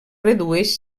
redueix